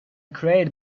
create